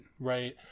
Right